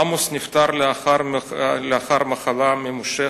"עמוס נפטר לאחר מחלה ממושכת,